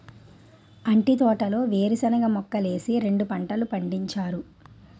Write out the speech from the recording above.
అంటి తోటలో వేరుశనగ మొక్కలేసి రెండు పంటలు పండించారు